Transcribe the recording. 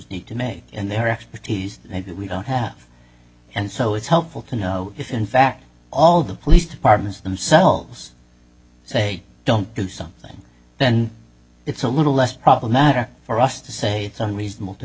need to make in their expertise that maybe we don't have and so it's helpful to know if in fact all the police departments themselves say don't do something then it's a little less problematic for us to say it's unreasonable to